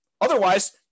Otherwise